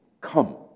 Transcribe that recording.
come